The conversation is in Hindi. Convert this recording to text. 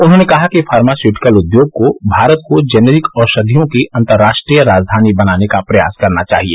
उन्होंने कहा कि फॉर्मास्युटिकल उद्योग को भारत को जेनेरिक औषधियों की अंतर्राष्ट्रीय राजधानी बनाने के प्रयास करना चाहिए